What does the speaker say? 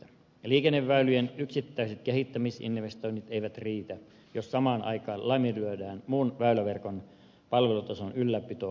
liikenneväy lien yksittäiset kehittämisinvestoinnit eivät riitä jos samaan aikaan laiminlyödään muun väyläverkon palvelutason ylläpito ja kehittäminen